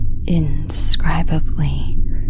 indescribably